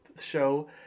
show